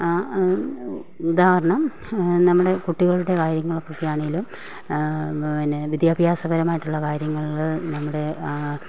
ഉദാഹരണം നമ്മുടെ കുട്ടികളുടെ കാര്യങ്ങൾക്കൊക്കെയാണെങ്കിലും പിന്നെ വിദ്യഭ്യാസപരമായിട്ടുള്ള കാര്യങ്ങൾ നമ്മുടെ